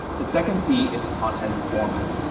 the second c is content format.